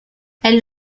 elle